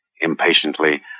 Impatiently